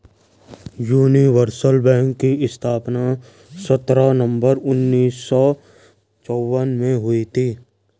universal bank की स्थापना सत्रह नवंबर उन्नीस सौ चौवन में हुई थी